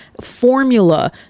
formula